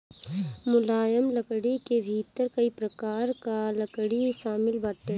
मुलायम लकड़ी के भीतर कई प्रकार कअ लकड़ी शामिल बाटे